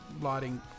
lighting